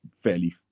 fairly